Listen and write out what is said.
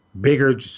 Bigger